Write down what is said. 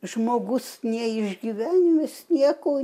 žmogus neišgyvenęs nieko